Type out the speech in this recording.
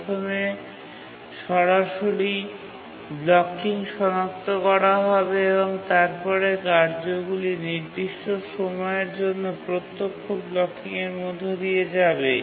প্রথমে সরাসরি ব্লকিং সনাক্ত করা হবে এবং তারপরে কার্যগুলি নির্দিষ্ট সময়ের জন্য প্রত্যক্ষ ব্লকিংয়ের মধ্য দিয়ে যাবে